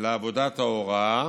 לעבודת ההוראה